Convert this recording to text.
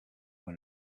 when